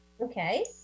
okay